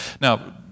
Now